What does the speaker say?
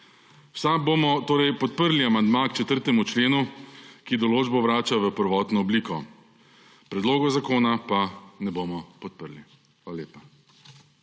SAB bomo torej podprli amandma k 4. členu, ki določbo vrača v prvotno obliko. Predloga zakona pa ne bomo podprli. Hvala lepa.